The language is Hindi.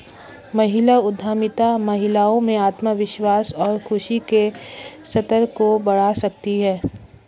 महिला उद्यमिता महिलाओं में आत्मविश्वास और खुशी के स्तर को बढ़ा सकती है